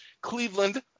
Cleveland